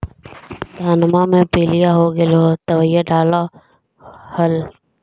धनमा मे पीलिया हो गेल तो दबैया डालो हल?